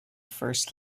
first